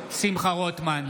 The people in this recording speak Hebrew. שמחה רוטמן,